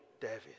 David